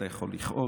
אתה יכול לכעוס,